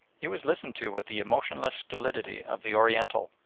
he was listened to with the emotionless stolidity of the oriental,